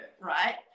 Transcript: right